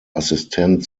assistent